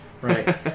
Right